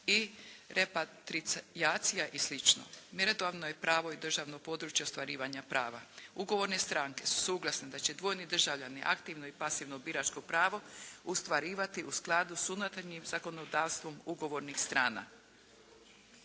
i repatrijacija i slično. Meritorno je pravo i državno područje ostvarivanja prava. Ugovorne stranke su suglasne da će dvojni državljani aktivno i pasivno biračko pravo ostvarivati u skladu s unutarnjim zakonodavstvom ugovornih strana.